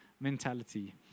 mentality